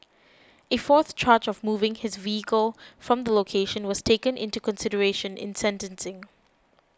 a fourth charge of moving his vehicle from the location was taken into consideration in sentencing